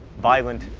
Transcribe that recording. violent,